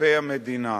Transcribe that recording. כלפי המדינה.